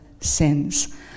sins